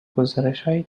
گزارشهایی